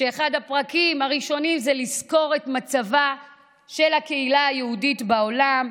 ואחד הפרקים הראשונים זה לזכור את מצבה של הקהילה היהודית בעולם.